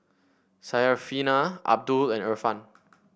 Syarafina Abdul and Irfan